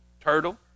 Turtle